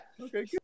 Okay